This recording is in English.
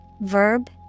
Verb